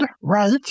Right